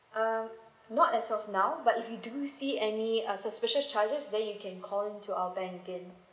uh not as of now but if you do see any uh suspicious charges then you can call into our bank again